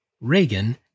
Reagan